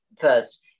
first